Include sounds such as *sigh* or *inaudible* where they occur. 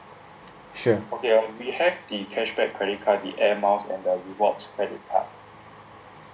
sure *noise*